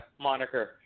moniker